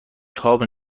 تاب